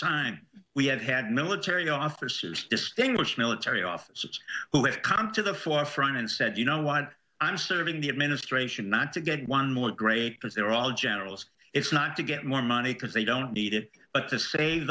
time we have had military officers distinguished military officers who have contour the forefront and said you know what i'm serving the administration not to get one more great because they're all generals it's not to get more money because they don't need it but to save